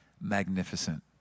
Magnificent